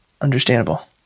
Understandable